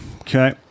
Okay